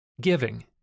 Giving